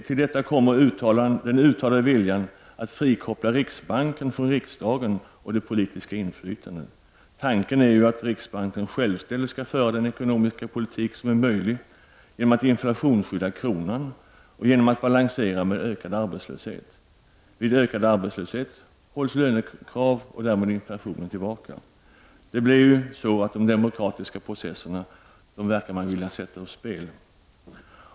Till detta kommer den uttalade viljan att frikoppla riksbanken från riksdagen och det politiska inflytandet. Tanken är att riksbanken självständigt skall föra den ekonomiska politik som är möjlig genom att inflationsskydda kronan och genom att balansera med ökad arbetslöshet. Vid ökad arbetslöshet hålls lönekrav och därmed inflation tillbaka. De demokratiska processerna verkar man vilja sätta ur spel.